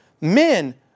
men